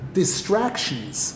distractions